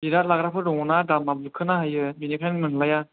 बिराद लाग्राफोर दङना दामा बुखोना होयो बेनिखायनो मोनलाया